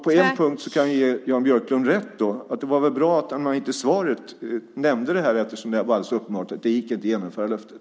På en punkt kan jag ge Jan Björklund rätt, det var väl bra att han inte i svaret nämnde det här eftersom det var alldeles uppenbart att det inte gick att genomföra löftet.